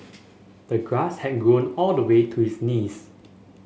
the grass had grown all the way to his knees